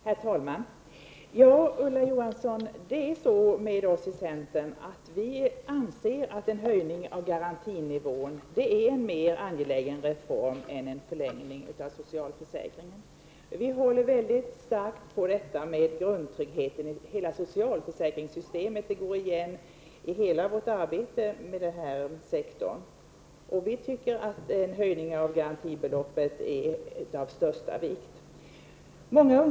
Herr talman! Ja, Ulla Johansson, det är så med oss i centern att vi anser att en höjning av garantinivån är en mer angelägen reform än en förlängning av socialförsäkringen. Vi håller starkt på grundtryggheten i hela socialförsäkringssystemet -- det går igen i hela vårt arbete på den här sektorn. Vi tycker som sagt att en höjning av garantibeloppen är av största vikt.